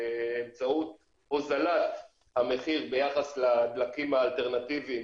באמצעות הוזלת המחיר ביחס לדלקים האלטרנטיביים